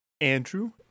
andrew